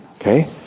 okay